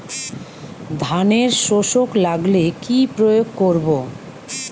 ধানের শোষক লাগলে কি প্রয়োগ করব?